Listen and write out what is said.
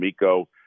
Miko